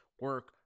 Work